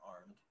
armed